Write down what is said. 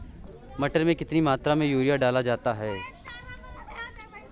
मटर में कितनी मात्रा में यूरिया डाला जाता है?